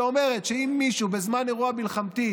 שאומרת שאם מישהו בזמן אירוע מלחמתי